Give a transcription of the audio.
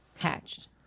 Hatched